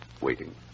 Waiting